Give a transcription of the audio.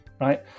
Right